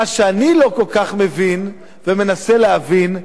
מה שאני לא כל כך מבין ומנסה להבין,